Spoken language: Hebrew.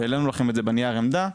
והעלינו לכם את זה בנייר עמדה,